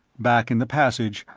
back in the passage,